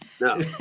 No